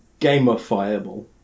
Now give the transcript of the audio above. gamifiable